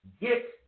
get